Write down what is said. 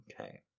Okay